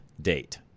date